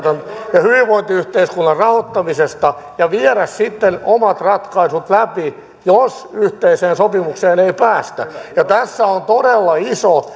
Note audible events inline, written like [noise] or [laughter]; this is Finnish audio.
hyvinvointiyhteiskunnan rahoittamisesta ja viedä sitten omat ratkaisut läpi jos yhteiseen sopimukseen ei päästä ja tässä on todella iso [unintelligible]